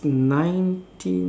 was nineteen